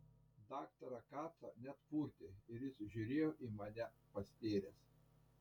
daktarą kacą net purtė ir jis žiūrėjo į mane pastėręs